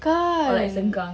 or like sengkang